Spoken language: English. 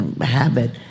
habit